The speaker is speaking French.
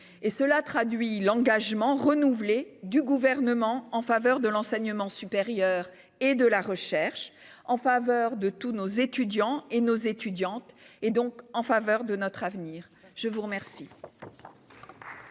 Cela traduit l'engagement renouvelé du Gouvernement en faveur de l'enseignement supérieur et de la recherche, en faveur de nos étudiantes et de nos étudiants, donc en faveur de notre avenir. Nous allons